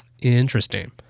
Interesting